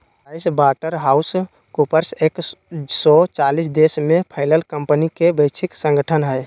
price water house coopers एक सो चालीस देश में फैलल कंपनि के वैश्विक संगठन हइ